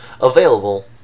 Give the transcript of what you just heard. available